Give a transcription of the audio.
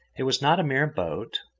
it was not a mere boat,